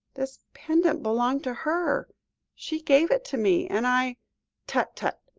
this pendant belonged to her she gave it to me, and i tut, tut!